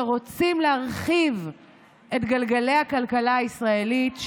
שרוצים להרחיב את גלגלי הכלכלה הישראלית,